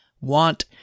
want